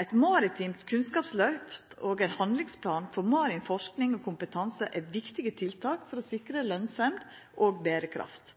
Eit marint kunnskapsløft og ein handlingsplan for marin forsking og kompetanse er viktige tiltak for å sikra lønsemd og berekraft.